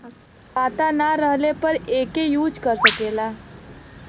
खाता ना रहले पर एके यूज कर सकेला